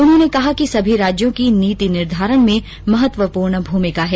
उन्होंने कहा कि सभी राज्यों की नीति निर्धारण में महत्वपूर्ण मागीदारी हैं